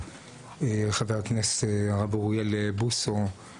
חבר הכנסת הרב אוריאל בוסו.